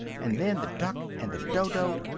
and then the duck and the dodo!